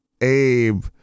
Abe